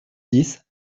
dix